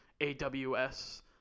AWS